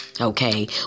okay